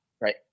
Right